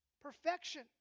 Perfection